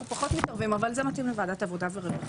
זה מתאים לוועדת העבודה והרווחה.